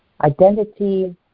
Identity